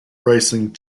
racing